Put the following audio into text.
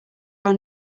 our